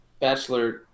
bachelor